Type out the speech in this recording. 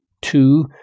Two